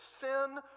sin